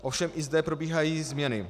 Ovšem i zde probíhají změny.